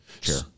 Sure